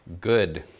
good